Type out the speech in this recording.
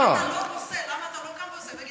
אתה לא עושה, למה אתה לא קם ועושה?